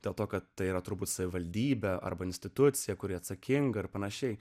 dėl to kad tai yra turbūt savivaldybę arba instituciją kuri atsakinga ar panašiai